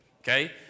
Okay